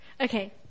okay